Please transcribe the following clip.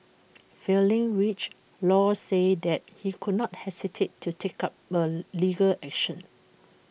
failing which law said that he could not hesitate to take up A legal action